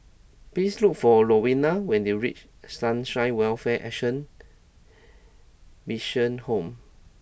please look for Rowena when you reach Sunshine Welfare Action Mission Home